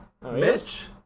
Mitch